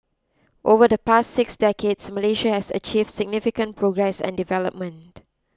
over the past six decades Malaysia has achieved significant progress and development